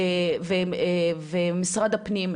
ומשרד הפנים,